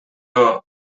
però